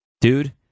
Dude